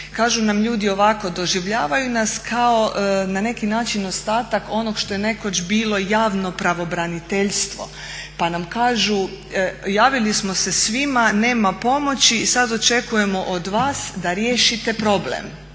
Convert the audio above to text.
Kažu nam ljudi ovako, doživljavaju nas kao na neki način ostatak onog što je nekoć bilo javno pravobraniteljstvo pa nam kažu javili smo se svima, nema pomoći i sad očekujemo od vas da riješite problem,